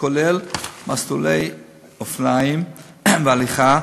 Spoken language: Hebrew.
כולל מסלולי אופניים והליכה,